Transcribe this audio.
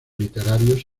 literarios